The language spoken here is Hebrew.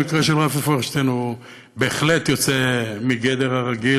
המקרה של רפי פוירשטיין הוא בהחלט יוצא מגדר הרגיל,